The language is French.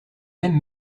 mêmes